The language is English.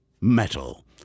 metal